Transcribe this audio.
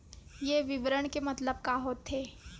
ये विवरण के मतलब का होथे?